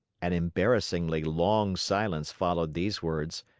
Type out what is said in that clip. an embarrassingly long silence followed these words,